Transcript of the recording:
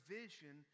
vision